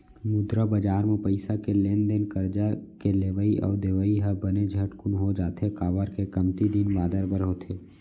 मुद्रा बजार म पइसा के लेन देन करजा के लेवई अउ देवई ह बने झटकून हो जाथे, काबर के कमती दिन बादर बर होथे